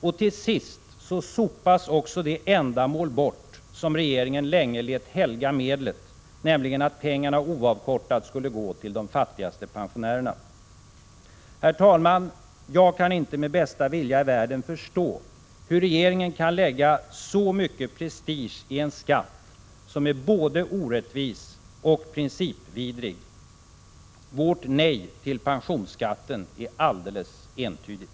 Och till sist sopas också det ändamål bort som regeringen länge lät helga medlet, nämligen att pengarna oavkortat skulle gå till de fattigaste pensionärerna. Herr talman! Jag kan inte med bästa vilja i världen förstå hur regeringen kan lägga så mycket prestige i en skatt som är både orättvis och principvidrig. Vårt nej till pensionsskatten är alldeles entydigt.